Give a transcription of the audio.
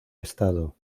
estado